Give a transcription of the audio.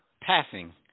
passing